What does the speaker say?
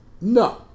No